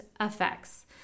effects